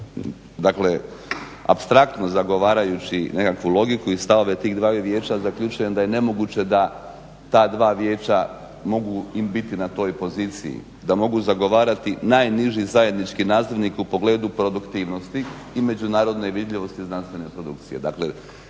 dakle apstraktno zagovarajući nekakvu logiku i stavove tih dvaju vijeća zaključujem da je nemoguće da ta dva vijeća mogu biti na toj poziciji, da mogu zagovarati najniži zajednički nazivnih u pogledu produktivnosti i međunarodne vidljivosti znanstvene produkcije.